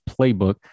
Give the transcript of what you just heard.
playbook